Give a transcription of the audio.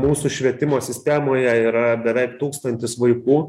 mūsų švietimo sistemoje yra beveik tūkstantis vaikų